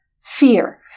fear